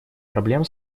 проблем